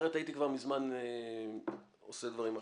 אחרת הייתי כבר מזמן עושה דברים אחרים.